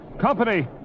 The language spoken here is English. Company